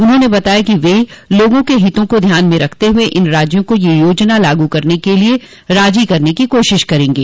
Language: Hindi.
उन्होंने बताया कि वे लोगों के हित को ध्यान में रखते हुए इन राज्यों को यह योजना लागू करने के लिए राजी करने की कोशिश करेंगे